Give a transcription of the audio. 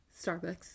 Starbucks